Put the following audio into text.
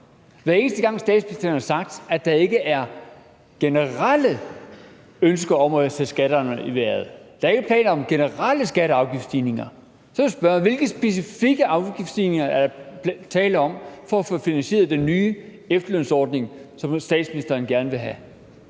hver eneste gang statsministeren har sagt, at der ikke er generelle ønsker om at sætte skatterne i vejret. Der er ikke planer om generelle skatte- og afgiftsstigninger. Så vil jeg spørge: Hvilke specifikke afgiftsstigninger er der tale om for at få finansieret den nye efterlønsordning, som statsministeren gerne vil have?